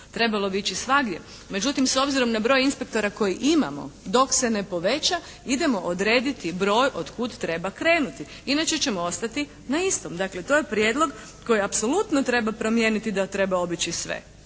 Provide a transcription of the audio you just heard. trebalo bi ići svagdje. Međutim, s obzirom na broj inspektora koje imamo dok se ne poveća idemo odrediti broj od kud treba krenuti, inače ćemo ostati na istom. Dakle, to je prijedlog koji apsolutno treba promijeniti da treba obići sve